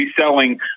selling